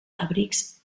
abrics